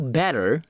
better